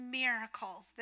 miracles